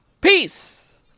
peace